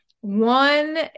one